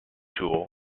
tool